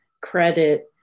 credit